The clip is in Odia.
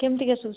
କେମିତିକା ସୁଜ୍